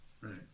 Right